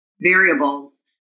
variables